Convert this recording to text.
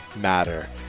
Matter